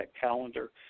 calendar